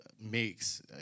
makes